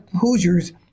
hoosiers